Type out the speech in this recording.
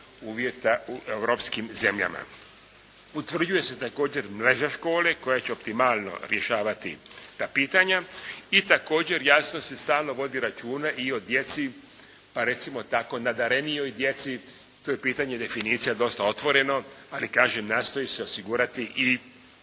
uvjeta u europskim zemljama. Utvrđuje se također mreža škole, koja će optimalno rješavati ta pitanja i također, jasno, se stalno vodi računa i o djeci, pa recimo tako, nadarenijoj djeci. Tu je pitanje definicije dosta otvoreno, ali kaže nastoji se osigurati i